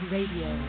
Radio